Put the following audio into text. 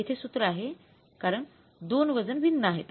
येथे सूत्र आहे कारण दोन वजन भिन्न आहेत